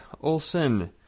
Olson